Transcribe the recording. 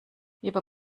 lieber